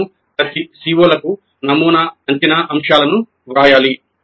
మేము ప్రతి CO లకు నమూనా అంచనా అంశాలను వ్రాయాలి